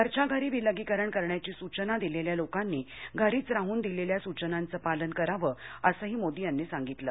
घरच्या घरी विलगीकरण करण्याची सूचना दिलेल्या लोकांनी घरीच राहून दिलेल्या सूचनांचं पालन करावं असंही मोदी यांनी सांगितलं